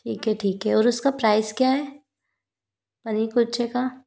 ठीक है ठीक है और उसका प्राइस क्या है पनीर कुलचे का